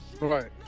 right